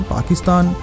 Pakistan